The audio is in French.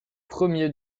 premiers